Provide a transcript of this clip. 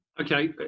Okay